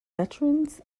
veterans